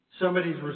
somebody's